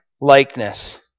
likeness